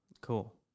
Cool